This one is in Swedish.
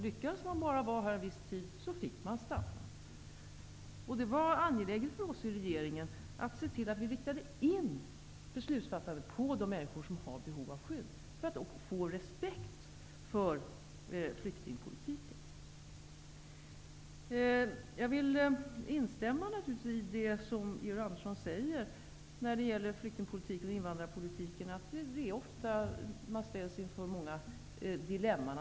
Lyckades människor vara här en viss tid, fick de ju stanna. Det var angeläget för oss i regeringen att se till att beslutsfattandet riktades in på de människor som har behov av skydd just för att få respekt för flyktingpolitiken. Naturligtvis instämmer jag i det som Georg Andersson säger när det gäller flykting och invandrarpolitiken, nämligen att man ofta ställs inför många dilemman.